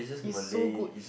is so good